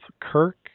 Kirk